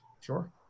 sure